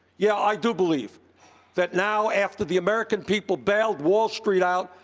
yeah i do believe that now after the american people bailed wall street out,